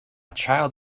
child